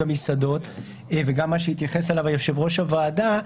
המסעדות וגם התייחסות יושב ראש הוועדה,